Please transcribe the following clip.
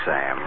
Sam